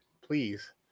please